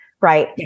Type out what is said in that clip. right